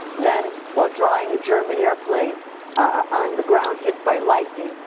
then, while drawing a german airplane on the ground hit by lightning,